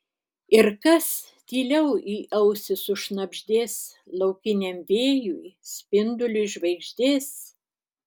ir kas tyliau į ausį sušnabždės laukiniam vėjui spinduliui žvaigždės